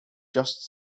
just